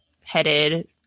headed